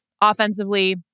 offensively